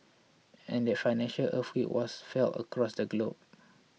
and that financial earthquake was felt across the globe